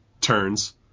turns